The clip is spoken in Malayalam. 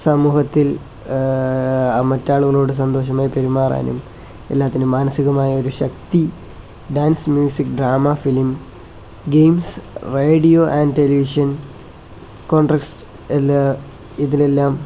സമൂഹത്തിൽ മറ്റ് ആളുകളോട് സന്തോഷമായി പെരുമാറാനും എല്ലാത്തിനും മാനസികമായൊരു ശക്തി dance music drama film games radio and television contest എല്ലാ ഇതിൽ എല്ലാം